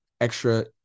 extra